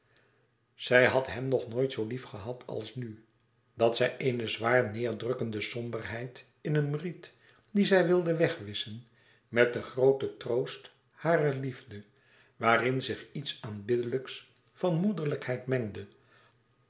zij had hem nog nooit zoo lief gehad als nu dat zij eene zwaar neêrdrukkende somberheid in hem ried die zij wilde wegwisschen met den grooten troost harer liefde waarin zich iets aanbiddelijks van moederlijkheid mengde